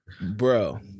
Bro